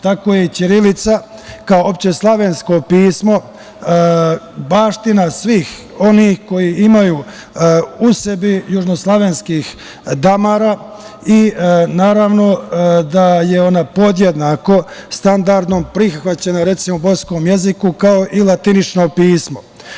Tako je i ćirilica kao opšte slovensko pismo baština svih onih koji imaju u sebi južnoslovenskih damara i naravno da je ona podjednako, standardno prihvaćena, recimo u bosanskom jeziku, kao i latinično pismo.